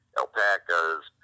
alpacas